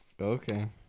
Okay